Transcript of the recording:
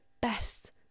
best